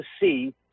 see